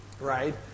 right